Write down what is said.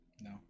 No